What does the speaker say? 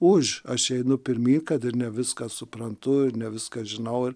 už aš einu pirmyn kad ir ne viską suprantu ir ne viską žinau ir